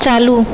चालू